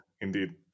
indeed